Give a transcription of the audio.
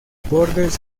bordes